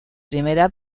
primera